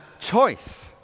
choice